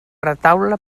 retaule